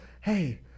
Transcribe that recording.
hey